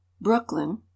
Brooklyn